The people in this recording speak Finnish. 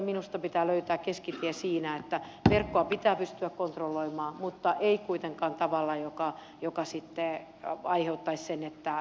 minusta pitää löytää keskitie siinä että verkkoa pitää pystyä kontrolloimaan mutta ei kuitenkaan tavalla joka on jo käsite ja vaikeuttaisi mittaa